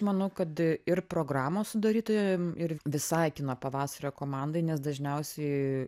manau kad ir programos sudarytoja ir visai kino pavasario komandai nes dažniausiai